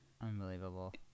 Unbelievable